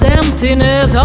emptiness